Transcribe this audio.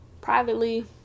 privately